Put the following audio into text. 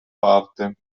parte